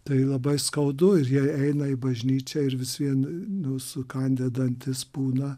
tai labai skaudu ir jie eina į bažnyčią ir vis vien nu sukandę dantis būna